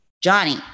Johnny